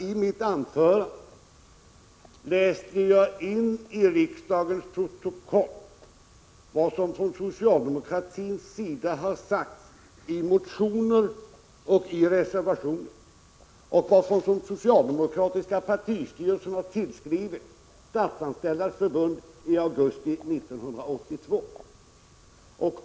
I mitt anförande läste jag nämligen in i riksdagens protokoll vad som från socialdemokratins sida har sagts i motioner och i reservationer och vad den socialdemokratiska partistyrelsen har skrivit till Statsanställdas förbund i augusti 1982.